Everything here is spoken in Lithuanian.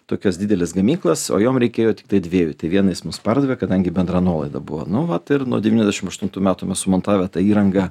tokias dideles gamyklas o jom reikėjo tiktai dviejų vieną jis mums pardavė kadangi bendra nuolaida buvo nu vat ir nuo devyniasdešimt aštuntų metų mes sumontavę tą įrangą